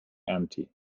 empty